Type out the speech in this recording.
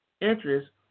interest